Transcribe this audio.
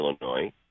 Illinois